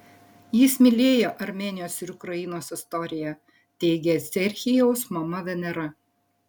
jis mylėjo armėnijos ir ukrainos istoriją teigia serhijaus mama venera